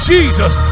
Jesus